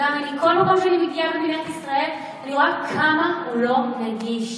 וגם בכל מקום שאני מגיעה במדינת ישראל אני רואה כמה הוא לא נגיש.